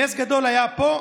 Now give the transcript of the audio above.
נס גדול היה פה.